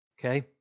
Okay